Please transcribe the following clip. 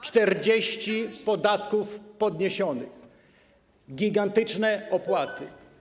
40 podatków podniesionych, gigantyczne opłaty.